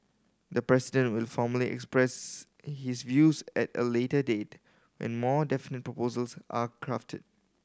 the President will formally express his views at a later date when more definite proposals are crafted